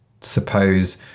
suppose